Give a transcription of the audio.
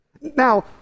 Now